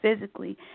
physically